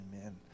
amen